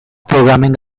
programming